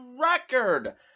record